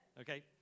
Okay